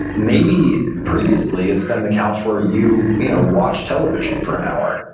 maybe previously it's been the couch where you you know watched television for an hour.